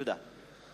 תודה.